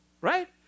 Right